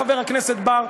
חבר הכנסת בר,